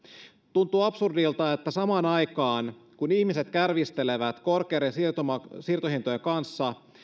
tuntuu absurdilta että samaan aikaan kun ihmiset kärvistelevät korkeiden siirtohintojen siirtohintojen kanssa